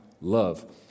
love